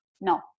no